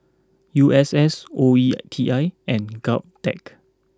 U S S O E T I and Govtech